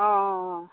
অ